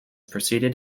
proceeded